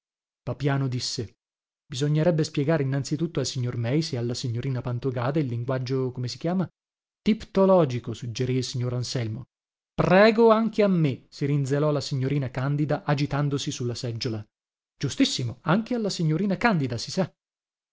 papiano disse bisognerebbe spiegare innanzi tutto al signor meis e alla signorina pantogada il linguaggio come si chiama tiptologico suggerì il signor anselmo prego anche a me si rinzelò la signora candida agitandosi su la seggiola giustissimo anche alla signora candida si sa